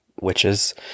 witches